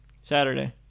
Saturday